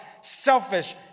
selfish